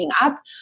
up